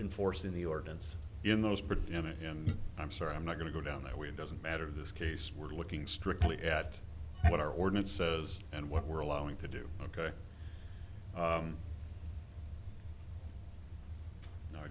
enforcing the ordinance in those preventing him i'm sorry i'm not going to go down that way it doesn't matter this case we're looking strictly at what our ordinance says and what we're allowing to do ok